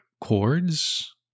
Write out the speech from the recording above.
chords